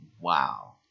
wow